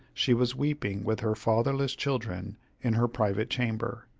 she was weeping with her fatherless children in her private chamber.